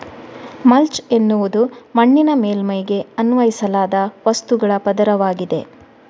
mulch ಎನ್ನುವುದು ಮಣ್ಣಿನ ಮೇಲ್ಮೈಗೆ ಅನ್ವಯಿಸಲಾದ ವಸ್ತುಗಳ ಪದರವಾಗಿದೆ